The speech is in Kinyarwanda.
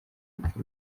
urupfu